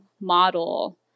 model